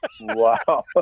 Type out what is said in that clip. Wow